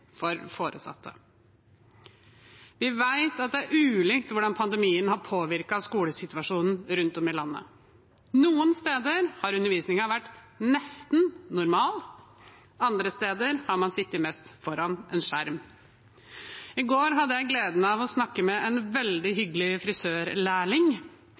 for foresatte. Vi vet at det er ulikt hvordan pandemien har påvirket skolesituasjonen rundt om i landet. Noen steder har undervisningen vært nesten normal, andre steder har man sittet mest foran en skjerm. I går hadde jeg gleden av å snakke med en veldig